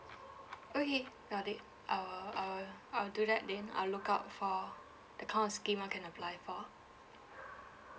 okay got it I will I will I'll do that then I'll look out for the kind of scheme I can apply for